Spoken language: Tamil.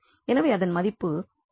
எனவே அது மதிப்பு 1 ஐ எடுக்கும்